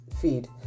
feed